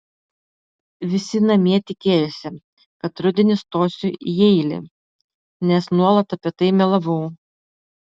visi namie tikėjosi kad rudenį stosiu į jeilį nes nuolat apie tai melavau